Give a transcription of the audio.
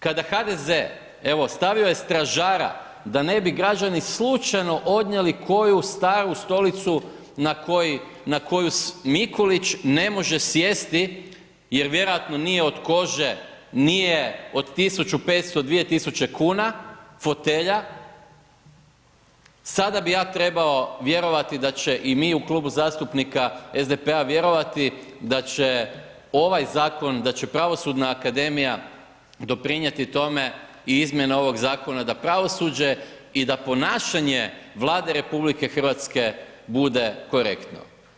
Kada HDZ, evo, stavio je stražara da ne bi građani slučajno odnijeli koju staru stolicu na koju Mikulić ne može sjesti jer vjerojatno nije od kože, nije od 1500, 2000 tisuće kuna fotelja, sada bi ja trebao vjerovati da će i mi u Klubu zastupnika SDP-a vjerovati da će ovaj zakon, da će Pravosudna akademija doprinijeti tome i izmjene ovog zakona, da pravosuđe i da ponašanje Vlade RH bude korektno.